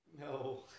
No